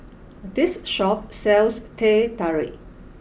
this shop sells Teh Tarik